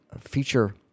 feature